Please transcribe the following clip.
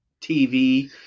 tv